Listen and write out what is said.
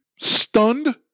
stunned